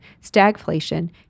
stagflation